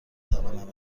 توانم